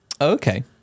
Okay